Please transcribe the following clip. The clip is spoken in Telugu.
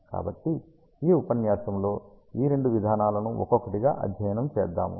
కాబట్టి ఈ ఉపన్యాసములో ఈ రెండు విధానాలను ఒక్కొక్కటిగా అధ్యయనం చేద్దాము